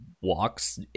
walks